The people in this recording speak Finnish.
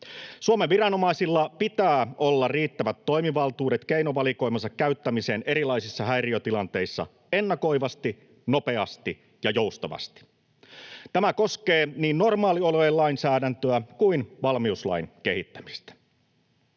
Suomen viranomaisilla pitää olla riittävät toimivaltuudet keinovalikoimansa käyttämiseen erilaisissa häiriötilanteissa ennakoivasti, nopeasti ja joustavasti. Tämä koskee niin normaaliolojen lainsäädäntöä kuin valmiuslain kehittämistä.